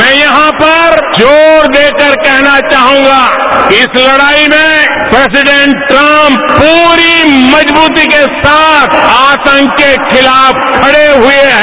मैं यहां पर जोर देकर कहना चाहंगा कि इस लड़ाई में प्रेजीडेंट ट्रम्प प्री मजबूती के साथ आतंक के खिलाफ खड़े हए हैं